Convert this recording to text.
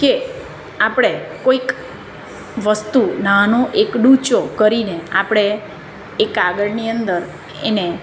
કે આપણે કોઈક વસ્તુ નાનો એક ડૂચો કરીને આપણે એ કાગળની અંદર એને